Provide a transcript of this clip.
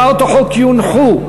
ברגע שהצעות החוק יונחו,